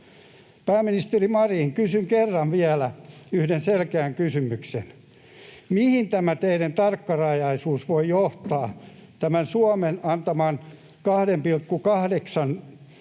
Pääministeri Marin, kysyn kerran vielä yhden selkeän kysymyksen: mihin tämä teidän tarkkarajaisuutenne voi johtaa, tämä Suomen antama 2,8 miljardin